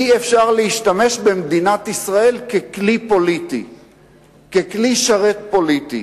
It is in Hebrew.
אי-אפשר להשתמש במדינת ישראל ככלי שרת פוליטי.